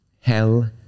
Hell